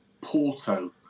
Porto